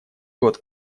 год